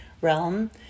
realm